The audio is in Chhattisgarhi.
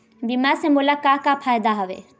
बीमा से मोला का का फायदा हवए?